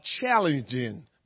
challenging